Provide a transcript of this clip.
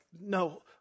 no